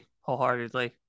wholeheartedly